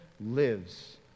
lives